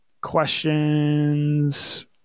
Questions